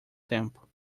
tempo